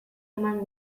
eman